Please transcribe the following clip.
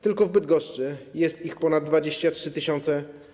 Tylko w Bydgoszczy jest ich ponad 23 tys.